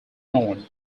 nord